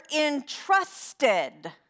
entrusted